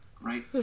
right